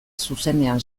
zuzenean